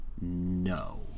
No